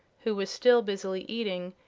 who was still busily eating,